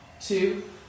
two